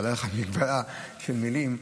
אבל הייתה לך מגבלה של מילים.